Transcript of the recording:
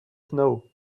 snow